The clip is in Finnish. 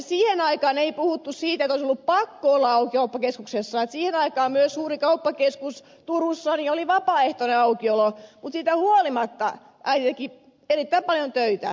siihen aikaan ei puhuttu siitä että olisi ollut pakko olla auki kauppakeskuksessa siihen aikaan myös suuressa kauppakeskuksessa turussa oli vapaaehtoinen aukiolo mutta siitä huolimatta äiti teki erittäin paljon töitä